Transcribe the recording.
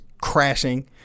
crashing